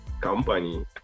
company